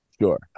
sure